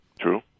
True